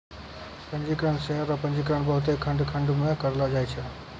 पंजीकृत शेयर रो पंजीकरण बहुते खंड खंड मे करलो जाय छै